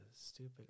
stupid